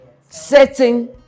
Setting